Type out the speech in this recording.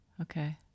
Okay